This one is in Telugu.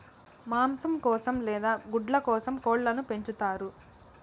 మాంసం కోసం లేదా గుడ్ల కోసం కోళ్ళను పెంచుతారు